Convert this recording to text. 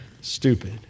stupid